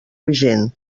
vigent